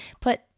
put